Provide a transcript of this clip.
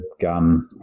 gun